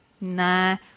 nah